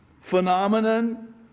phenomenon